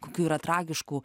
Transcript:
kokių yra tragiškų